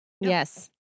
Yes